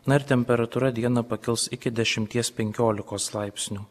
na ir temperatūra dieną pakils iki dešimties penkiolikos laipsnių